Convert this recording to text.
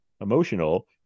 emotional